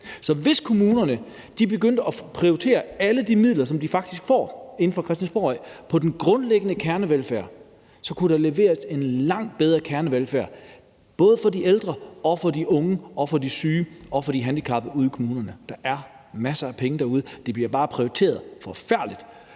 Så hvis kommunerne begyndte at prioritere alle de midler, som de faktisk får inde fra Christiansborg, på den grundlæggende kernevelfærd, kunne der leveres en langt bedre kernevelfærd, både for de ældre og de unge og de syge og de handicappede ude i kommunerne. Der er masser af penge derude, men de bliver bare prioriteret forfærdeligt.